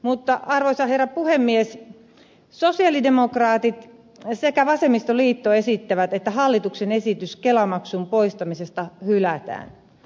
mutta arvoisa herra puhemies sosialidemokraatit sekä vasemmistoliitto esittävät että hallituksen esitys kelamaksun poistamisesta hylätään